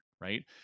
right